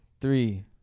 Three